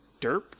derped